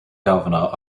governor